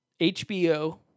HBO